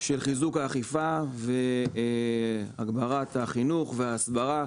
של חיזוק האכיפה והגברת החינוך וההסברה.